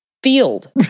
field